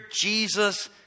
Jesus